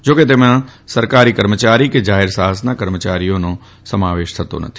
જા કે તેમાં સરકારી કર્મચારી કે જાહેર સાહસના કર્મચારીઓનો સમાવેશ થતો નથી